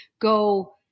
go